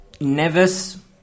nevis